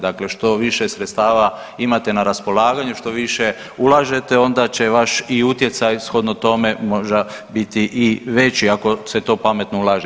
Dakle, što više sredstava imate na raspolaganju, što više ulažete onda će i vaš utjecaj shodno tome možda biti i veći ako se to pametno ulaže.